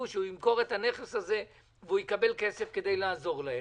למכור את הנכס הזה ולקבל כסף כדי לעזור להם,